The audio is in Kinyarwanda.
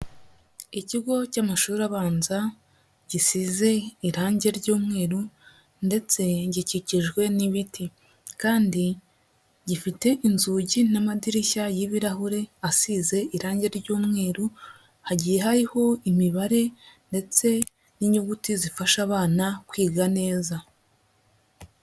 Ikigo cy'amashuri abanza gisize irangi ry'umweru ndetse gikikijwe n'ibiti kandi gifite inzugi n'amadirishya y'ibirahure asize irange ry'umweru, hagiye hariho imibare ndetse n'inyuguti zifasha abana kwiga neza.